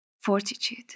Fortitude